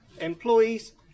employees